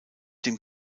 dem